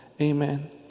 Amen